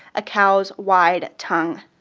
a cow's wide tongue.